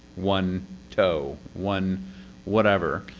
one toe. one whatever.